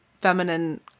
feminine